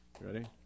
Ready